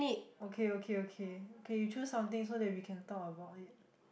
okay okay okay okay you choose something so that we can talk about it